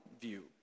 view